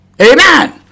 amen